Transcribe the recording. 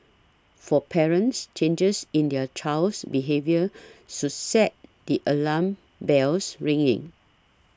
for parents changes in their child's behaviour should set the alarm bells ringing